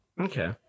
Okay